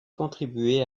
contribué